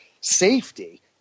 safety